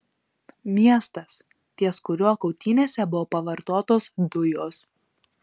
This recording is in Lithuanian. miestas ties kuriuo kautynėse buvo pavartotos dujos